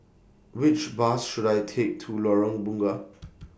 Which Bus should I Take to Lorong Bunga